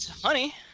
honey